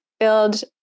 build